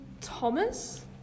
Thomas